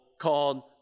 called